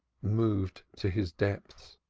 moved to his depths,